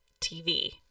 TV